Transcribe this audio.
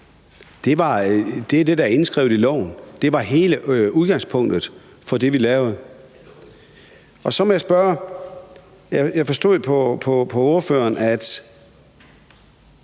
Det er det, der er indskrevet i loven. Det var hele udgangspunktet for det, vi lavede. Jeg forstod på ordføreren, at